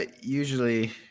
Usually